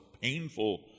painful